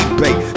babe